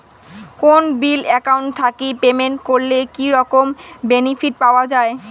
কোনো bill account থাকি payment করলে কি রকম বেনিফিট পাওয়া য়ায়?